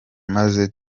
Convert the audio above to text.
maze